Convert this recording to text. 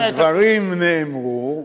והדברים נאמרו,